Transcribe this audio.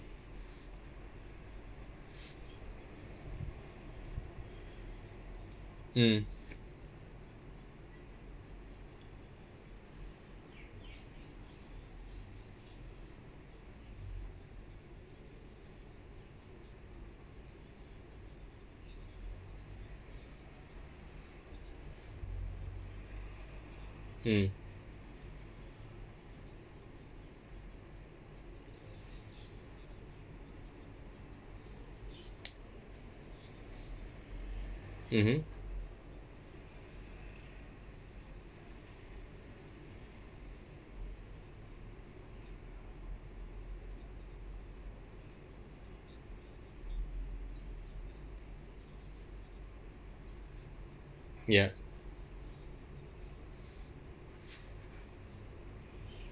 mm mm mmhmm ya